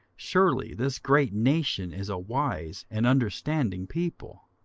surely this great nation is a wise and understanding people.